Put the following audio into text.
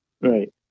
Right